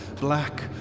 black